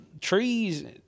trees